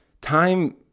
Time